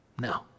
No